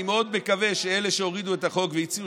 אני מאוד מקווה שאלה שהורידו את החוק והצהירו